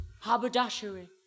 haberdashery